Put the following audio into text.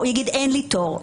הוא יגיד שאין לו תור.